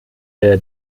der